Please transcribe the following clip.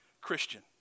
Christian